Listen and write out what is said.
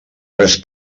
res